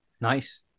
Nice